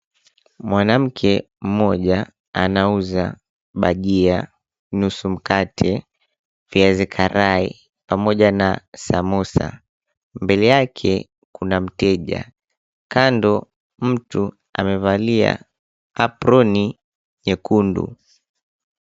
Mwanamke mmoja anauza bajia, nusu mkate, viazi karai pamoja na samosa. Mbele yake kuna mteja. Kando mtu amevalia aproni nyekundu.